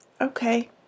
Okay